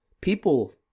people